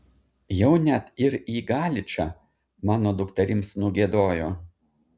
jau net ir į galičą mano dukterims nugiedojo